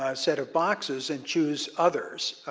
ah set of boxes, and choose others.